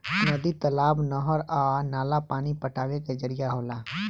नदी, तालाब, नहर आ नाला पानी पटावे के जरिया होला